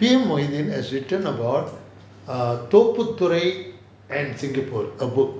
P_M mohideen has written about Thopputhurai thurai and singapore a book